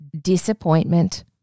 disappointment